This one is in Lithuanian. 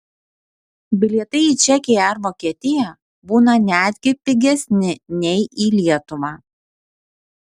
bilietai į čekiją ar vokietiją būna netgi pigesni nei į lietuvą